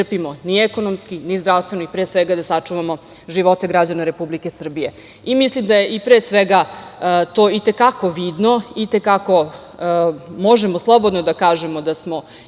mi ne trpimo, ni ekonomski, ni zdravstveno i pre svega da sačuvamo živote građana Republike Srbije. Mislim, da je i pre svega to i te kako vidno, možemo slobodno da kažemo da smo